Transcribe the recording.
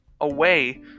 away